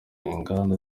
ingamba